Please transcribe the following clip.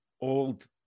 old